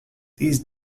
these